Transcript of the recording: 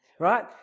right